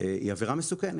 היא עבירה מסוכנת.